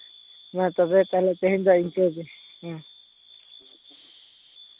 ᱛᱚᱵᱮ ᱛᱟᱦᱞᱮ ᱛᱮᱦᱤᱧ ᱫᱚ ᱤᱱᱠᱟᱹᱜᱮ